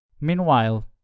Meanwhile